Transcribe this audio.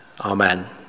Amen